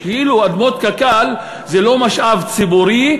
כאילו אדמות קק"ל זה לא משאב ציבורי,